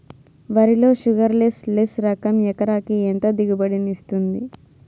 వరి లో sugarless less రకం ఎకరాకి ఎంత దిగుబడినిస్తుంది